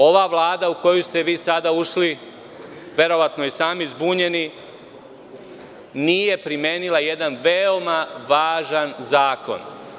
Ova Vlada u koju ste vi sada ušli, verovatno i sami zbunjeni, nije primenila jedan veoma važan zakon.